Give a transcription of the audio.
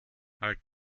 halt